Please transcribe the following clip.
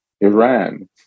Iran